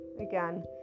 again